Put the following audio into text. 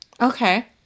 Okay